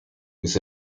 with